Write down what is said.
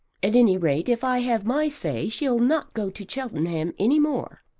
at any rate if i have my say she'll not go to cheltenham any more.